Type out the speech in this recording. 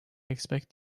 expect